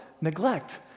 neglect